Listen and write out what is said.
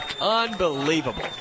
Unbelievable